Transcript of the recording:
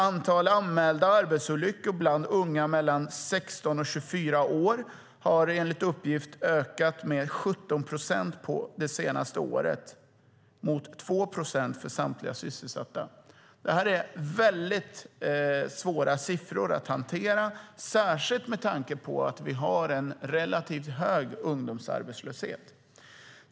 Antalet anmälda arbetsolyckor bland unga mellan 16 och 24 år har enligt uppgift ökat med 17 procent det senaste året. Det ska jämföras med 2 procent för samtliga sysselsatta. Det är svåra siffror att hantera, särskilt med tanke på att vi har en relativt hög ungdomsarbetslöshet.